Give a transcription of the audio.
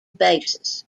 bases